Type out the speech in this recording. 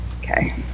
Okay